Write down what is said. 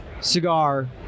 cigar